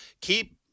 keep